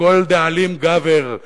שכל דאלים גבר,